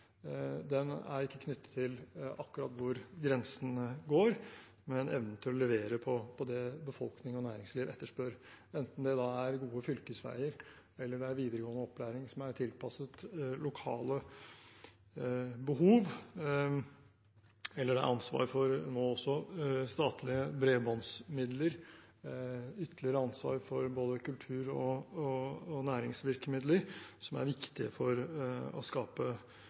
er knyttet til akkurat hvor grensene går, men evnen til å levere på det befolkningen og næringslivet etterspør, enten det er gode fylkesveier, videregående opplæring som er tilpasset lokale behov, ansvar for statlige bredbåndsmidler eller ytterligere ansvar for både kultur- og næringsvirkemidler, som er viktige for å skape